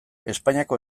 espainiako